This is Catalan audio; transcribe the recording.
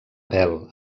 pèl